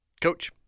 Coach